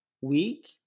week